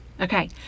Okay